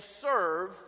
serve